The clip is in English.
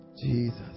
Jesus